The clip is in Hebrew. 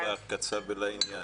קצר ולעניין.